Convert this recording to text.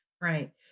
right